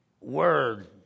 word